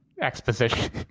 Exposition